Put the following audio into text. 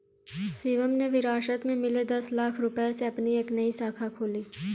शिवम ने विरासत में मिले दस लाख रूपए से अपनी एक नई शाखा खोली